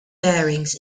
bearings